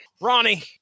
Ronnie